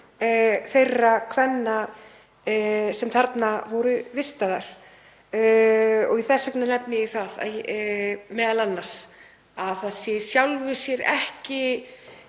þeirra kvenna sem þarna voru vistaðar. Þess vegna nefni ég það m.a. að það sé í sjálfu sér ekki